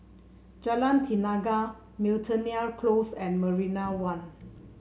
Jalan Tenaga Miltonia Close and Marina One